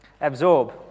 absorb